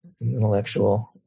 intellectual